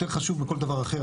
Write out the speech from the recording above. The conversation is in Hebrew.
יותר חשוב מכל דבר אחר,